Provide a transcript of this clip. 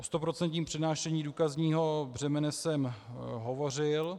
O stoprocentním přenášení důkazního břemene jsem hovořil.